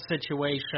situation